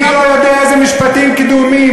מי לא יודע איזה משפטים קדומים,